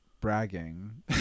bragging